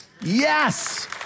Yes